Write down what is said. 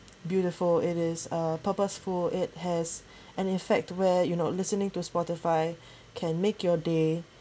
a purposeful it has an effect where you know listening to Spotify can make your day